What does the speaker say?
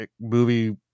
movie